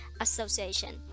association